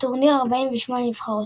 בטורניר 48 נבחרות.